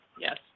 Yes